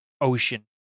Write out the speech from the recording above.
ocean